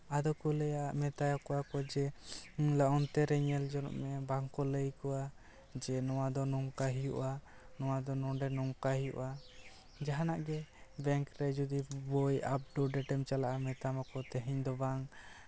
ᱟᱫᱚ ᱠᱚ ᱞᱟᱹᱭᱟ ᱢᱮᱛᱟ ᱠᱚᱣᱟ ᱠᱚ ᱡᱮ ᱚᱱᱛᱮ ᱨᱮ ᱧᱮᱞ ᱡᱚᱱᱚᱜ ᱢᱮ ᱵᱟᱝ ᱠᱚ ᱞᱟᱹᱭ ᱠᱚᱣᱟ ᱡᱮ ᱱᱚᱣᱟ ᱫᱚ ᱱᱚᱝᱠᱟᱭ ᱦᱩᱭᱩᱜᱼᱟ ᱱᱚᱣᱟ ᱫᱚ ᱱᱚᱰᱮ ᱱᱚᱝᱠᱟᱭ ᱦᱩᱭᱩᱜᱼᱟ ᱡᱟᱦᱟᱱᱟᱜ ᱜᱮ ᱵᱟᱝᱠ ᱨᱮ ᱡᱩᱫᱤ ᱵᱳᱭ ᱟᱯ ᱴᱩ ᱰᱮᱴᱮᱢ ᱪᱟᱞᱟᱜᱼᱟ ᱢᱮᱛᱟ ᱢᱟᱠᱚ ᱛᱮᱦᱮᱧ ᱫᱚ ᱵᱟᱝ